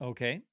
Okay